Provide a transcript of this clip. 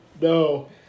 no